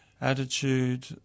attitude